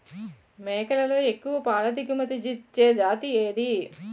మేకలలో ఎక్కువ పాల దిగుమతి ఇచ్చే జతి ఏది?